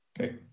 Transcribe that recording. Okay